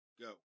Go